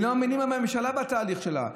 כי לא מאמינים לממשלה עם התהליך שלה.